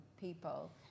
people